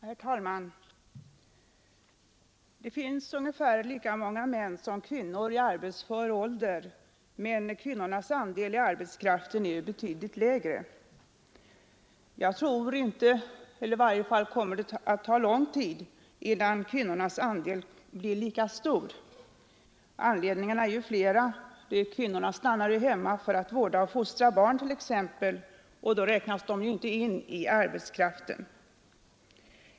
Herr talman! Det finns ungefär lika många män som kvinnor i arbetsför ålder, men kvinnornas andel i arbetskraften är betydligt lägre. Jag tror inte att kvinnornas andel någon gång kommer att bli lika stor — i varje fall kommer det att ta lång tid. Anledningarna är ju flera. Kvinnorna stannar hemma för att vårda och fostra barn, och då räknas de inte in i arbetskraften.